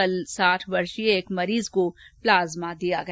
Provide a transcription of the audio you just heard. कल एक साढ वर्षीय मरीज को प्लाज्मा दिया गया